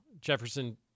Jefferson